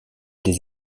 des